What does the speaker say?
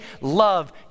love